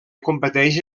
competeix